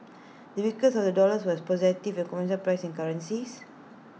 the weakness of the dollar was positive for commodities priced in the currency